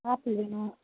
apple வேணும்